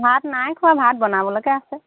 ভাত নাই খোৱা ভাত বনাবলৈকে আছে